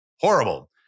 horrible